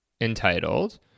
entitled